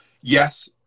yes